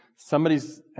Somebody's